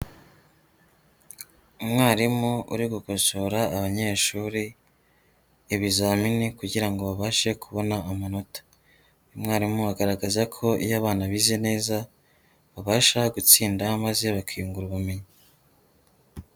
Umwarimu uri gukosora abanyeshuri ibizamini kugira ngo babashe kubona amanota. Uyu mwarimu agaragaza ko iyo abana bize neza, babasha gutsinda maze bakinyungura ubumenyi.